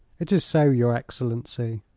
it is so, your excellency.